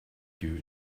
you